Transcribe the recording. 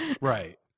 Right